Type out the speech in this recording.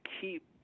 keep